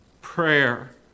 prayer